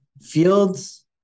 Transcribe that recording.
Fields